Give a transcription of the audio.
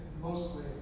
mostly